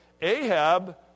Ahab